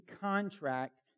contract